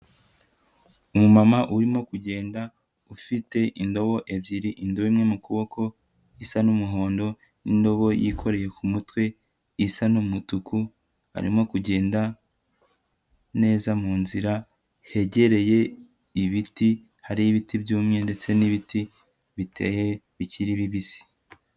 Umumama urimo kugenda ufite indobo ebyiri, indobe imwe mu kuboko isa n'umuhondo, n'indobo yikoreye ku ku mutwe isa n'umutuku, arimo kugenda neza munzira hegereye ibiti hari ibiti byumye ndetse n'ibiti biteye bikiri bibisi.